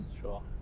sure